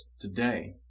today